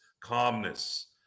calmness